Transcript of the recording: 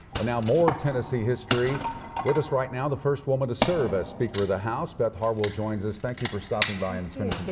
and now more tennessee history with us right now. the first woman to serve as speaker of the house, beth harwell, joins us. thank you for stopping by and spending